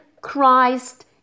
Christ